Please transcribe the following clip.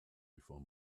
before